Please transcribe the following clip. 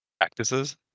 Practices